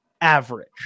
average